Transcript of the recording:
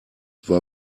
war